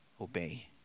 Obey